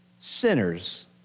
sinners